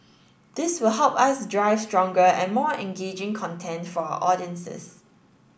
this will help us drive stronger and more engaging content for our audiences